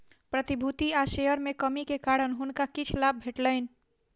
प्रतिभूति आ शेयर में कमी के कारण हुनका किछ लाभ भेटलैन